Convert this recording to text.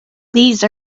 these